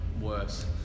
worse